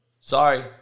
Sorry